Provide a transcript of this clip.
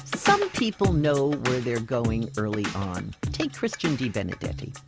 some people know where they are going early on. take christian debenedetti.